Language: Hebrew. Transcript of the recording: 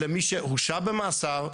אלא מי שהורשע במאסר,